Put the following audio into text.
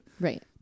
Right